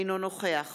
אינו נוכח